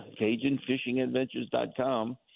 CajunFishingAdventures.com